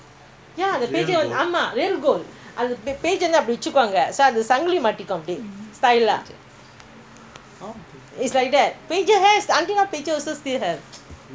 now all gone already last time that one is my first முந்திலாம்அந்த:munthilaam antha pager ல [பிப் பிப் பிப்னுதா]சத்தம்கேக்கும்அப்புறம்கொஞ்சநாள்போனபின்னாடி:[pip pip pip pipnutha] satham keekum aparam konja naal poona pinnadi message போடலாம்:poodalaam can put message